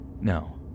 no